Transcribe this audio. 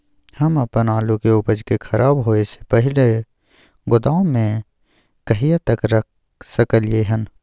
हम अपन आलू के उपज के खराब होय से पहिले गोदाम में कहिया तक रख सकलियै हन?